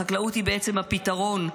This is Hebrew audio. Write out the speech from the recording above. החקלאות היא בעצם הפתרון.